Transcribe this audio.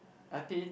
epi